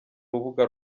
rubuga